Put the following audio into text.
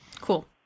cool